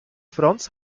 franz